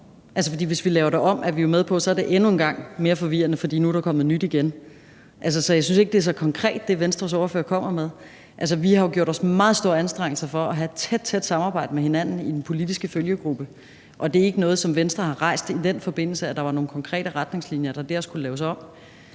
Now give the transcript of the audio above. det så bliver mere forvirrende endnu en gang, fordi der så er kommet noget nyt igen. Så jeg synes ikke, at det er så konkret, altså det, som Venstres ordfører kommer med. Vi har jo gjort os meget store anstrengelser for at have et tæt, tæt samarbejde med hinanden i den politiske følgegruppe, og det er ikke noget, som Venstre har rejst i den forbindelse, at der var nogle konkrete retningslinjer, der dér skulle laves om.